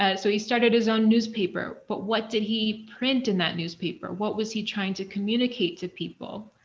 ah so, he started his own newspaper, but what did he print in that newspaper? what was he trying to communicate to people?